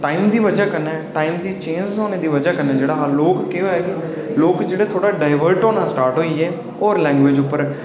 time दी बजह् कन्नै टाइम दे चेंज होने दी बजह कन्नै जेह्ड़ा लोक केह् होआ कि लोक जेह्ड़ा थोह्ड़ा डाइबर्ट होना शरु होई गे और लैग्वेज उप्पर